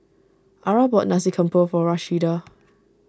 Arah bought Nasi Campur for Rashida